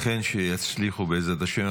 אכן, שיצליחו, בעזרת השם.